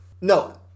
No